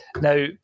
Now